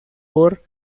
por